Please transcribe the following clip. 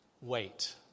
wait